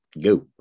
Go